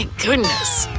goodness.